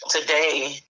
Today